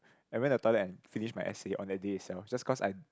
I went to the toilet and finished my essay on the day itself just cause I